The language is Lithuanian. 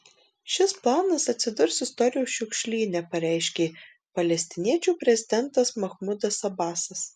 šis planas atsidurs istorijos šiukšlyne pareiškė palestiniečių prezidentas mahmudas abasas